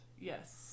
Yes